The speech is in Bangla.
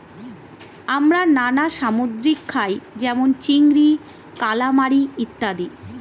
আমরা নানা সামুদ্রিক খাই যেমন চিংড়ি, কালামারী ইত্যাদি